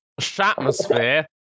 Shatmosphere